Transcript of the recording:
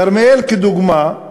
כרמיאל, לדוגמה,